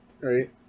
right